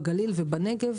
בגליל ובנגב,